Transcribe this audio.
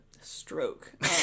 stroke